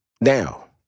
Now